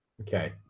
Okay